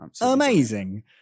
amazing